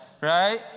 Right